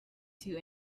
two